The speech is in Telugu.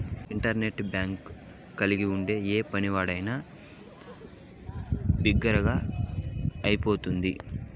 ఇంటర్నెట్ బ్యాంక్ కలిగి ఉంటే ఏ పనైనా బిరిగ్గా అయిపోతుంది